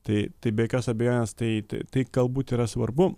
tai tai be jokios abejonės tai tai tai galbūt yra svarbu